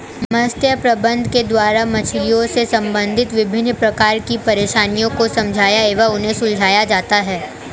मत्स्य प्रबंधन के द्वारा मछलियों से संबंधित विभिन्न प्रकार की परेशानियों को समझा एवं उन्हें सुलझाया जाता है